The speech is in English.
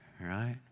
right